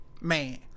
Man